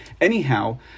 anyhow